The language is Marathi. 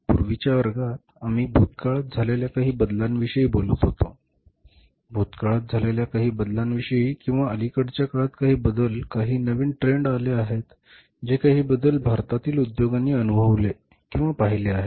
पूर्वीच्या वर्गात आम्ही भूतकाळात झालेल्या काही बदलांविषयी बोलत होतो भूतकाळात झालेल्या काही बदलांविषयी किंवा अलिकडच्या काळात काही बदल काही नवीन ट्रेंड आले आहेत जे काही बदल भारतातील उद्योगांनी अनुभवलेले किंवा पाहिले आहेत